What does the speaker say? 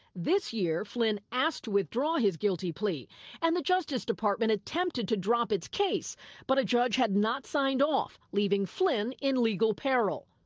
this year flynn asked to withdraw his guilty plea and the justice department attempted to drop its case but a judge had not signed off leaving flynn in legal peril.